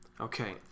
okay